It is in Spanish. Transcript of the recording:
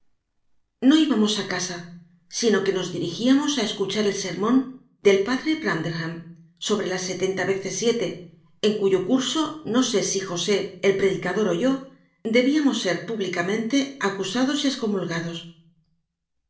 no íbamos a casa sino que nos dirigíamos a escuchar el sermón del padre branderham sobre las setenta veces siete en cuyo curso no sé si josé el predicador o yo debíamos ser públicamente acusados y excomulgados